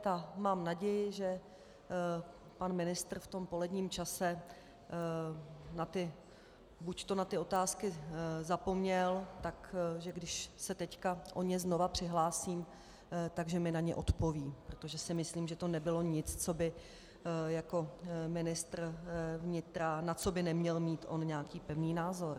A mám naději, že pan ministr v tom poledním čase buď na ty otázky zapomněl, takže když se teď o ně znovu přihlásím, takže mi na ně odpoví, protože si myslím, že to nebylo nic, na co by on jako ministr vnitra neměl mít nějaký pevný názor.